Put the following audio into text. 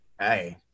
Hey